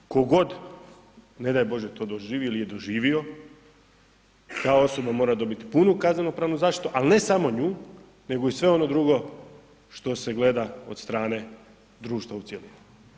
Vi tko god, ne daj Bože to doživi ili je doživio, ta osoba mora dobiti punu kazneno-pravnu zaštitu ali ne samo nju nego i sve ono drugo što se gleda od strane društva u cjelini.